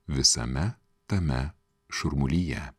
visame tame šurmulyje